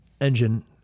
engine